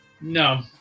No